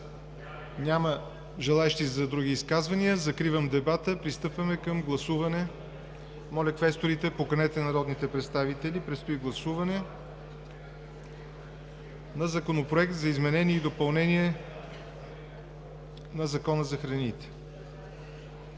Няма желаещи за други изказвания. Закривам дебата, пристъпваме към гласуване. Моля, квесторите, поканете народните представители – предстои гласуване на Законопроекта за изменение и допълнение на Закона за храните.